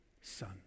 son